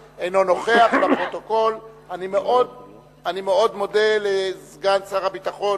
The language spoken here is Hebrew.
לשאול: 1. מה הן אמות המידה להכרה בעמותה כ"עמותה חיונית",